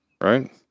Right